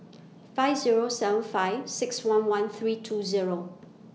five Zero seven five six one one three two Zero